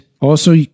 Also-